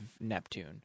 Neptune